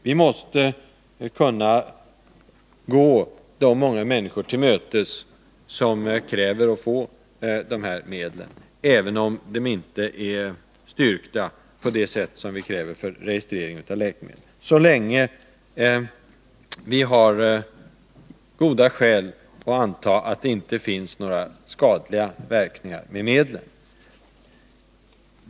Vi måste kunna gå de många människor till mötes som kräver att få de här medlen, även om de inte är prövade på det sätt som vi kräver för registrering av läkemedel, så länge vi har goda skäl att anta att de inte har skadliga verkningar.